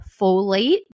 Folate